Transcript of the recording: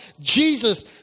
Jesus